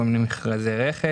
עם כל מיני מכרזי רכש,